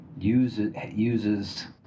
uses